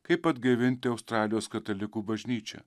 kaip atgaivinti australijos katalikų bažnyčią